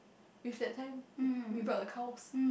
with that time we brought the cows